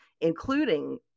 including